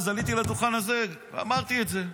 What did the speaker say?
עליתי לדוכן הזה ואמרתי את זה.